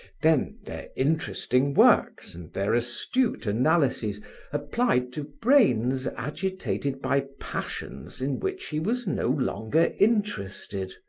then their interesting works and their astute analyses applied to brains agitated by passions in which he was no longer interested.